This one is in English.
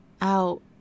out